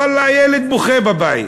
ואללה, ילד בוכה בבית.